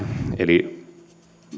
eli vaikka tämä